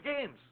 games